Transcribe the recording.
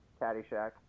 Caddyshack